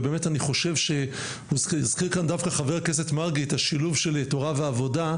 ובאמת אני חושב שהזכיר כאן דווקא חה"כ מרגי את השילוב של תורה ועבודה,